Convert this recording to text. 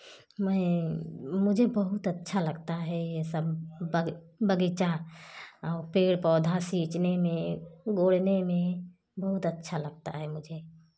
मुझे बहुत अच्छा लगता है ये सब बगीचा पेड़ पौधा सींचने में गोड़ने में बहुत अच्छा लगता है मुझे